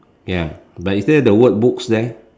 ya but is there the word books there